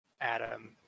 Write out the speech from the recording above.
Adam